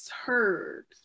heard